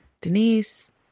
Denise